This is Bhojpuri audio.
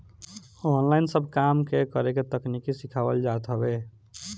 ऑनलाइन सब काम के करे के तकनीकी सिखावल जात हवे